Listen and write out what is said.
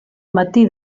matí